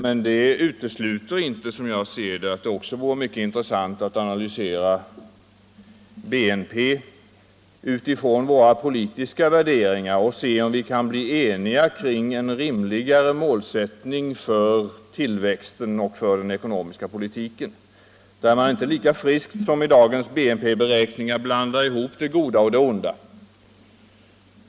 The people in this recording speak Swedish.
Men det innebär inte, som jag ser det, att det inte också vore mycket intressant att analysera BNP från våra politiska värderingar för att se om vi kan bli eniga om en rimligare målsättning för tillväxten och för den ekonomiska politiken, där man inte lika friskt som i dagens BNP-beräkningar blandar ihop det goda och det onda.